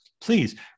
please